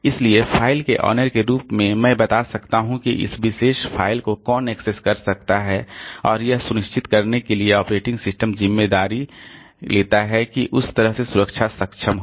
इसलिए फ़ाइल के ऑनर के रूप में मैं बता सकता हूं कि इस विशेष फ़ाइल को कौन एक्सेस कर सकता है और यह सुनिश्चित करने के लिए ऑपरेटिंग सिस्टम जिम्मेदारी है कि उस तरह से सुरक्षा सक्षम हो